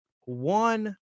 One